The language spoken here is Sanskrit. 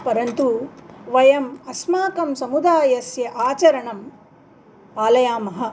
परन्तु वयम् अस्माकं समुदायस्य आचरणं पालयामः